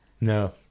No